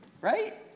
Right